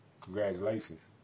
congratulations